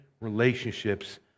relationships